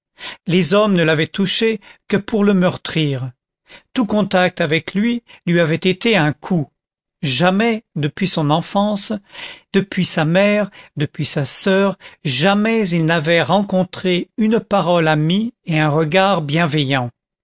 les hommes ne l'avaient touché que pour le meurtrir tout contact avec eux lui avait été un coup jamais depuis son enfance depuis sa mère depuis sa soeur jamais il n'avait rencontré une parole amie et un regard bienveillant